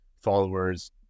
followers